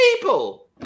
people